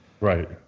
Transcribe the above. Right